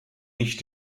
nicht